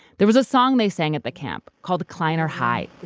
there was a song they sang at the camp called the kleiner hai.